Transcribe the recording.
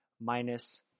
minus